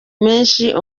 menshi